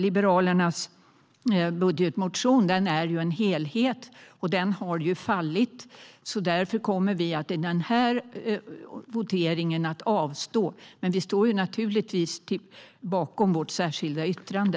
Liberalernas budgetmotion är en helhet. Den har ju fallit, så därför kommer vi att avstå i denna votering. Givetvis står vi bakom vårt särskilda yttrande.